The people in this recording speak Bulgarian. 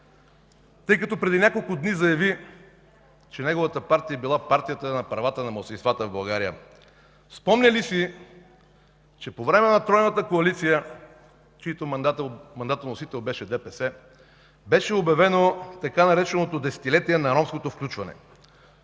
тъй като преди няколко дни заяви, че неговата партия била партията на правата на малцинствата в България – спомня ли си, че по време на тройната коалиция, чийто мандатоносител беше ДПС, беше обявено така нареченото „Десетилетие на ромското включване”?